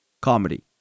comedy